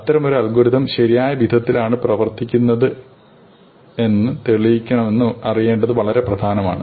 അത്തരമൊരു അൽഗോരിതം ശരിയായ വിധത്തിലാണ് പ്രവർത്തിക്കുന്നതെന്ന് എങ്ങനെ തെളിയിക്കണമെന്ന് അറിയേണ്ടത് വളരെ പ്രധാനമാണ്